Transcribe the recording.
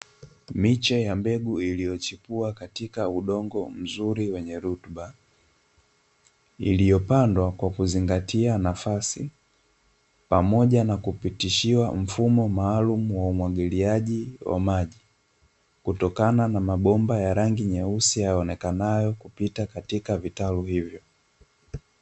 Miche ya mbegu iliyochipua katika udongo mzuri wenye rutuba, iliyopandwa kwa kuzingatia nafasi, pamoja na kupitishiwa mfumo maalum wa umwagiliaji wa maji, kutokana na mabomba ya rangi nyeusi yaonekanayo kupita katika vitalu hivyo.